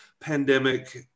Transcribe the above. pandemic